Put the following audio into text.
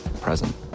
present